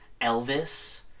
Elvis